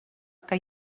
que